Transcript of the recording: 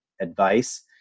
advice